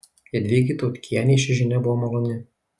jadvygai tautkienei ši žinia buvo maloni